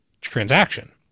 transaction